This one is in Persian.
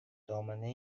دامنه